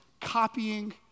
copying